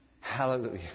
Hallelujah